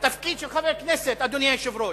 התפקיד של חבר כנסת, אדוני היושב-ראש,